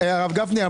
הרב גפני,